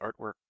artwork